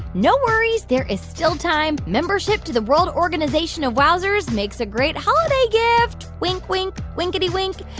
no worries there is still time. membership to the world organization of wowzers makes a great holiday gift wink, wink, winkety-wink.